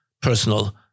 personal